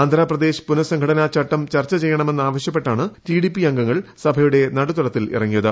ആന്ധ്രാപ്രദേശ് പുനഃസംഘടനാ ചട്ടം ചർച്ചചെയ്യണമെന്നാവശ്യപ്പെട്ടാണ് റ്റിഡിപി അംഗങ്ങൾ സഭയുടെ നടുത്തളത്തിലിറങ്ങിയത്